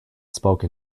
spoke